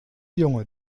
junge